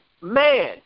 man